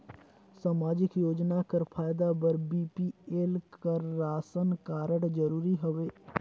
समाजिक योजना कर फायदा बर बी.पी.एल कर राशन कारड जरूरी हवे?